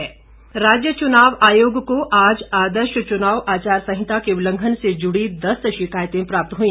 शिकायतें राज्य चुनाव आयोग को आज आदर्श चुनाव आचार संहिता के उल्लंघन से जुड़ी दस शिकायतें प्राप्त हुई